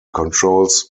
controls